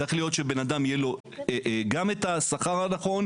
צריך להיות שלאדם יהיה את השכר הנכון,